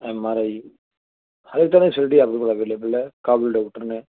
M R I ਹਰੇਕ ਤਰ੍ਹਾਂ ਦੀ ਫੈਸਿਲਟੀ ਆਪਣੇ ਕੋਲ ਅਵੇਲੇਬਲ ਹੈ ਕਾਬਲ ਡੋਕਟਰ ਨੇ